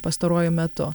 pastaruoju metu